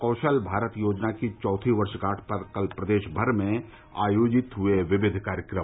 कौशल भारत योजना की चौथी वर्षगांठ पर कल प्रदेश भर में आयोजित हुए विविध कार्यक्रम